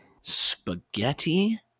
spaghetti